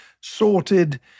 sorted